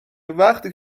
وقتی